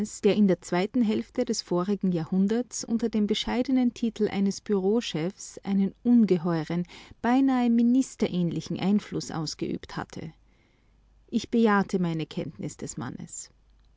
der in der hälfte des vorigen jahrhunderts unter dem bescheidenen titel eines bureauchefs einen ungeheuren beinahe ministerähnlichen einfluß ausgeübt hatte ich bejahte meine kenntnis des mannes